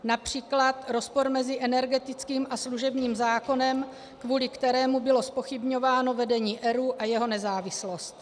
Například rozpor mezi energetickým a služebním zákonem, kvůli kterému bylo zpochybňováno vedení ERÚ a jeho nezávislost.